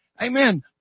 Amen